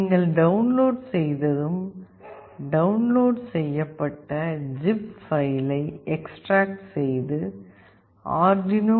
நீங்கள் டவுன்லோட் செய்ததும் டவுன்லோட் செய்யப்பட்ட ஜிப் பைலை எக்ஸ்ட்ராக்ட் செய்து ஆர்டுயினோ